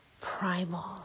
primal